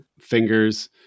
fingers